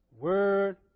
Word